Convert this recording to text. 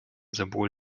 symbol